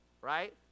right